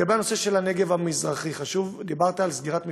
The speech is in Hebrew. בנושא של הנגב המזרחי, דיברת על סגירת מפעלים,